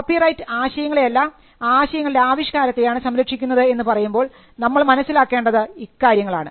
copyright ആശയങ്ങളെ അല്ല ആശയങ്ങളുടെ ആവിഷ്കാരത്തെയാണ് സംരക്ഷിക്കുന്നത് എന്ന് പറയുമ്പോൾ നമ്മൾ മനസ്സിലാക്കേണ്ടത് ഇക്കാര്യങ്ങളാണ്